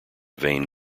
vein